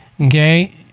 Okay